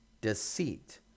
deceit